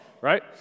right